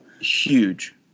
Huge